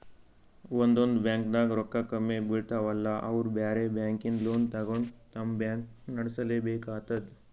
ಒಂದೊಂದ್ ಬ್ಯಾಂಕ್ದಾಗ್ ರೊಕ್ಕ ಕಮ್ಮಿ ಬೀಳ್ತಾವಲಾ ಅವ್ರ್ ಬ್ಯಾರೆ ಬ್ಯಾಂಕಿಂದ್ ಲೋನ್ ತಗೊಂಡ್ ತಮ್ ಬ್ಯಾಂಕ್ ನಡ್ಸಲೆಬೇಕಾತದ್